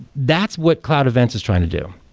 that's what cloud events is trying to do.